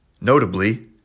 Notably